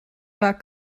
war